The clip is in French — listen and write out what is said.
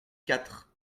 quatre